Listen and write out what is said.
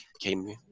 came